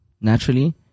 naturally